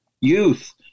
youth